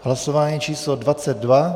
Hlasování číslo 22.